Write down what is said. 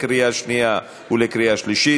לקריאה שנייה ולקריאה שלישית.